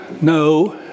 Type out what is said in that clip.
no